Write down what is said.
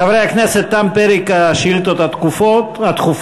חברי הכנסת, תם פרק השאילתות הדחופות.